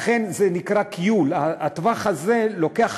לכן זה נקרא כיול, והטווח הזה לוקח